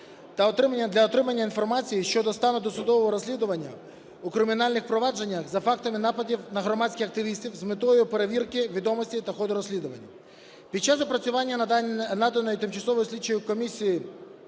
для отримання інформації щодо стану досудового розслідування у кримінальних провадженнях за фактами нападів на громадських активістів з метою перевірки відомостей та ходу розслідування. Під час опрацювання наданої тимчасовій слідчій комісії